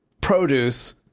produce